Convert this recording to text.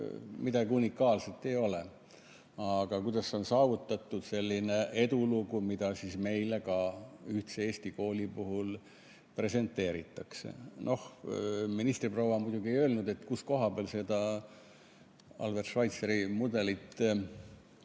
midagi unikaalset ei ole. Aga kuidas on saavutatud selline edulugu, mida meile ka ühtse Eesti kooli puhul presenteeritakse? Ministriproua muidugi ei öelnud, kus koha peal seda Albert Schweitzeri mudelit